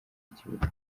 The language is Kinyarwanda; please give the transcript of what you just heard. ikibuga